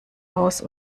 aus